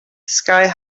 sky